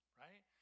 right